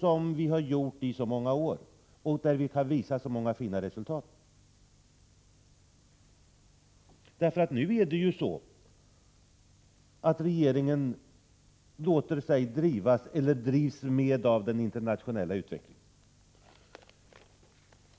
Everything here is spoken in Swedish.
som vi har gjort under så många år och där vi kan visa på så många fina resultat? Nu är det ju på det sättet att regeringen låter sig styras och drivs av den internationella utvecklingen.